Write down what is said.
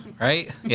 right